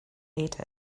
ate